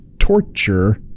torture